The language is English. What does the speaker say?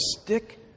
stick